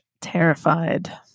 terrified